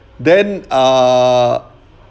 then uh